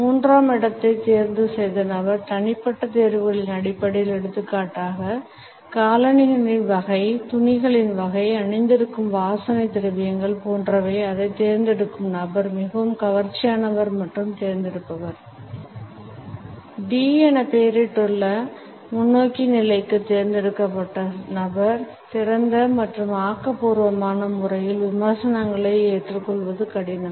மூன்றாம் இடத்தைத் தேர்வுசெய்த நபர் தனிப்பட்ட தேர்வுகளின் அடிப்படையில் எடுத்துக்காட்டாக காலணிகளின் வகை துணிகளின் வகை அணிந்திருக்கும் வாசனை திரவியங்கள் போன்றவை அதை தேர்ந்தெடுக்கும் நபர் மிகவும் கவர்ச்சியானவர் மற்றும் தேர்ந்தெடுப்பவர் D என பெயரிடப்பட்ட முன்னோக்கி நிலைக்குத் தேர்ந்தெடுக்கப்பட்ட நபர் திறந்த மற்றும் ஆக்கபூர்வமான முறையில் விமர்சனங்களை ஏற்றுக்கொள்வது கடினம்